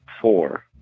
Four